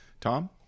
Tom